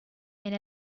and